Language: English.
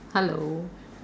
hello